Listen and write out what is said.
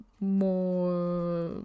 more